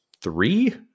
three